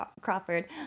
Crawford